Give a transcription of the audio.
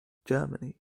germany